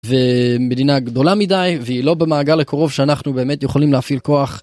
מדינה גדולה מדי והיא לא במעגל הקרוב שאנחנו באמת יכולים להפעיל כוח.